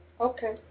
Okay